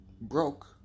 broke